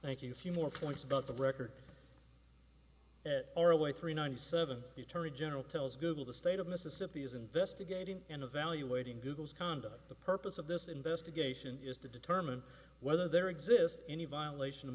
you few more points about the record hour away three ninety seven the attorney general tells google the state of mississippi is investigating and evaluating google's conduct the purpose of this investigation is to determine whether there exists any violation of